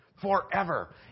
forever